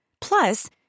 Plus